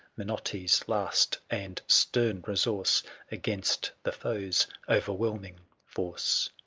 minotti's last and stern resource against the foe's overwhelming force.